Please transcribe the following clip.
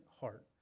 heart